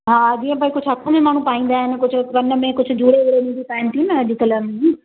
हा जीअं भई कुझु हथ में माण्हू पाईंदा आहिनि कुझु कन में कुझु घेड़े वेड़े में बि पाइनि थियूं न अॼुकल्ह